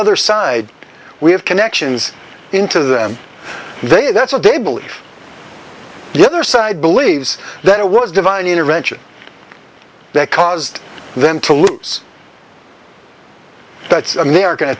other side we have connections into them they that's what they believe the other side believes that it was divine intervention that caused them to lose that's and they are going to